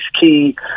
key